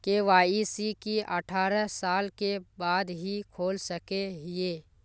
KYC की अठारह साल के बाद ही खोल सके हिये?